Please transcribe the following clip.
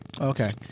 Okay